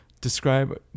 Describe